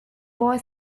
boy